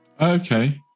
okay